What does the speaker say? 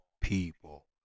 people